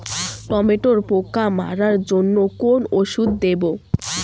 টমেটোর পোকা মারার জন্য কোন ওষুধ দেব?